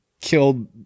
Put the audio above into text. killed